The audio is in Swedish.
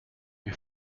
min